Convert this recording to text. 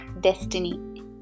destiny